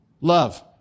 love